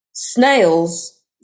Snails